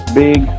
big